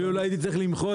אפילו לא הייתי צריך למחול.